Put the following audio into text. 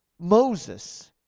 Moses